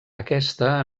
aquesta